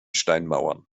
steinmauern